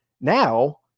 now